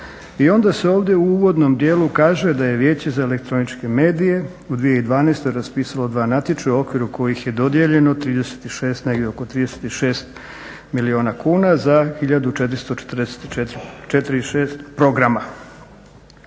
i onda se ovdje u uvodnom dijelu kaže da je Vijeće za elektroničke medije u 2012. raspisalo 2 natječaja u okviru kojih je dodijeljeno 36 negdje oko 36 milijuna kuna za 1446 programa.